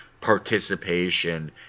participation